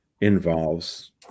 involves